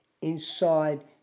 inside